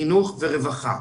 חינוך ורווחה.